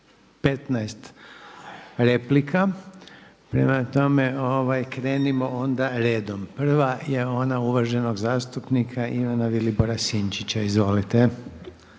15 replika. Prema tome, krenimo onda redom. Prva je ona uvaženog zastupnika Ivana Vilibora Sinčića, izvolite.